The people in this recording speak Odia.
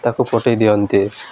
ତାକୁ ପଠେଇ ଦିଅନ୍ତି